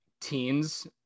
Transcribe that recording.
teens